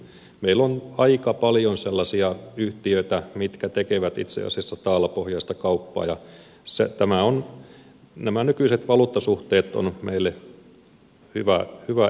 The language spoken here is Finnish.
meillä on aika paljon sellaisia yhtiöitä mitkä tekevät itse asiassa taalapohjaista kauppaa ja nämä nykyiset valuuttasuhteet ovat meille hyvä etu